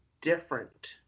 different